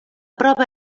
prova